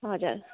हजुर